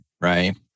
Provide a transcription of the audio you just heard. right